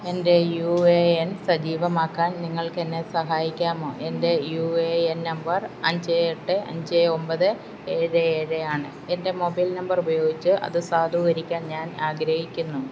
എന്റെ U A N സജീവമാക്കാൻ നിങ്ങൾക്ക് എന്നെ സഹായിക്കാമോ എന്റെ യു എ എൻ നമ്പർ അഞ്ച് എട്ട് അഞ്ച് ഒമ്പത് ഏഴ് ഏഴ് ആണ് എന്റെ മൊബൈൽ നമ്പർ ഉപയോഗിച്ച് അത് സാധൂകരിക്കാൻ ഞാൻ ആഗ്രഹിക്കുന്നു